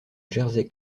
jersey